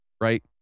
Right